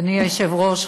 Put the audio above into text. אדוני היושב-ראש,